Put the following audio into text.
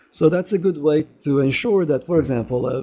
so that's a good way to ensure that, for example, ah